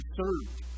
served